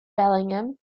bellingham